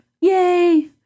Yay